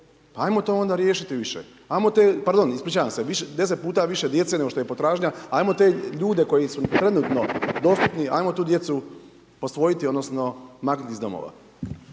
pa ajmo to onda riješiti više, pardon, ispričavam se, 10 puta više djece, nego što je potražnja, ajmo te ljude koji su trenutno dostupni, ajmo tu djecu posvojiti odnosno maknuti iz domova.